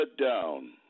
down